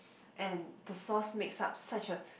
and the sauce mix up such a